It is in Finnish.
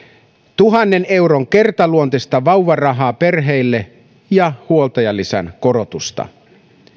tuhannen euron kertaluonteista vauvarahaa perheille ja huoltajalisän korotusta